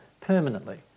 permanently